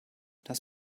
das